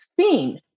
seen